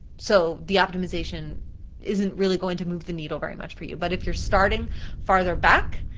so the optimization isn't really going to move the needle very much for you. but if you're starting farther back,